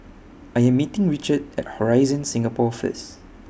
I Am meeting Richard At Horizon Singapore First